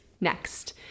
Next